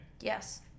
yes